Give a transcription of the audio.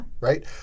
right